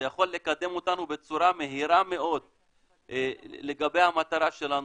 זה יכול לקדם אותנו בצורה מהירה מאוד לגבי המטרה שלנו,